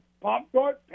Popcorn